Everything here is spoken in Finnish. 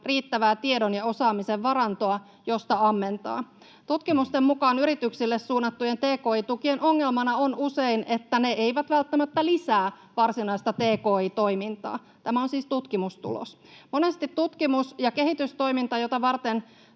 riittävää tiedon ja osaamisen varantoa, josta ammentaa. Tutkimusten mukaan yrityksille suunnattujen tki-tukien ongelmana on usein se, että ne eivät välttämättä lisää varsinaista tki-toimintaa — tämä on siis tutkimustulos. Monesti tutkimus- ja kehitystoiminta, jota varten